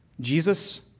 Jesus